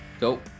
Go